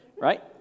right